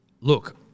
look